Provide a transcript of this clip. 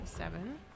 Seven